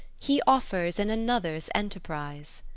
he offers in another's enterprise